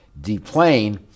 deplane